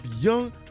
young